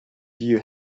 view